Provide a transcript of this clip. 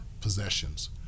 possessions